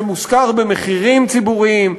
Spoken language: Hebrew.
שמושכר במחירים ציבוריים,